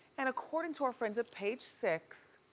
and according to our friends at page six,